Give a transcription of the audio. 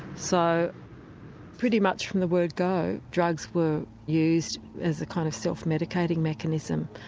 so pretty much from the word go drugs were used as a kind of self medicating mechanism,